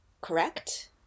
correct